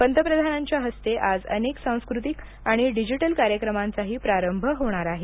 पंतप्रधानांच्या हस्ते आज अनेक सांस्कृतिक आणि डिजिटल कार्यक्रमांचाही प्रारंभ होणार आहे